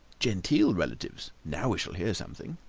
genteel relatives! now we shall hear something.